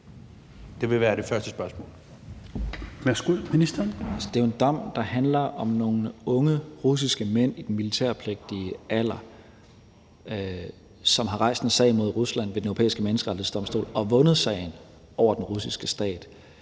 (Mattias Tesfaye): Altså, det er jo en dom, der handler om nogle unge russiske mænd i den militærpligtige alder, som har rejst en sag mod Rusland ved Den Europæiske Menneskerettighedsdomstol og vundet sagen over den russiske stat.